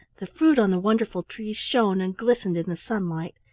the fruit on the wonderful trees shone and glistened in the sunlight,